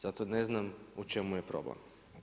Zato ne znam u čemu je problem?